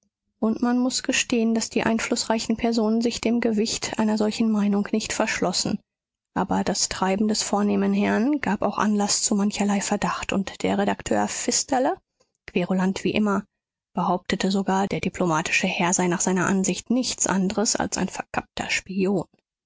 und man muß gestehen daß die einflußreichen personen sich dem gewicht einer solchen meinung nicht verschlossen aber das treiben des vornehmen herrn gab auch anlaß zu mancherlei verdacht und der redakteur pfisterle querulant wie immer behauptete sogar der diplomatische herr sei nach seiner ansicht nichts andres als ein verkappter spion